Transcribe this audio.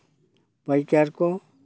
ᱯᱟᱭᱠᱟᱨ ᱠᱚ